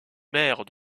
maire